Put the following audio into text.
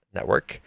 Network